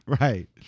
Right